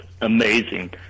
amazing